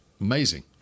Amazing